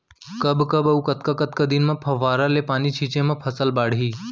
कब कब अऊ कतका कतका दिन म फव्वारा ले पानी छिंचे म फसल बाड़ही?